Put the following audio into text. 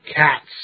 Cats